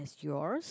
yours